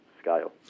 scale